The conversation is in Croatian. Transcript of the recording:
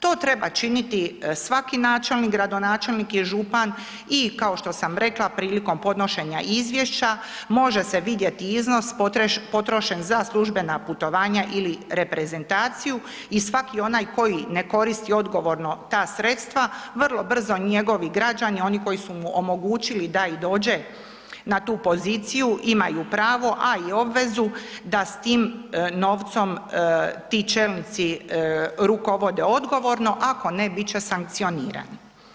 To treba činiti svaki načelnik, gradonačelnik i župan i kao što sam rekla, prilikom podnošenje izvješća može se vidjeti iznos potrošen za službena putovanja ili reprezentaciju i svaki onaj koji ne koristi odgovorno ta sredstva, vrlo brzo njegovi građani, oni koji su mu omogućili da i dođe na tu poziciju, imaju pravo a i obvezu da s tim novcem ti čelnici rukovode odgovorno, ako ne, bit će sankcionirani.